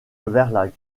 verlag